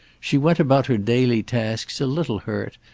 she went about her daily tasks a little hurt,